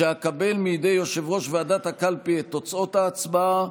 כשאקבל מידי יושב-ראש ועדת הקלפי את תוצאות ההצבעה,